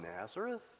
Nazareth